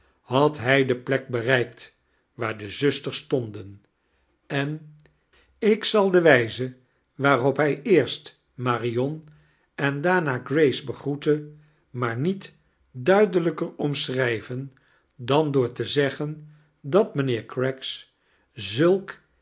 had hij de plek bereikt waar de zmsters stonden en ik zal de wijze waarop hrj eerst marion en daarna grace begroette maar niet duidelijkeir omschrijven dan door te zeggen dat mijnheer craggs zulkeeme